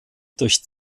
durch